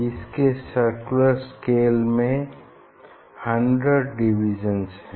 इसके circular scale में 100 divisions हैं